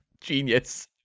Genius